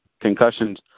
concussions